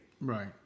Right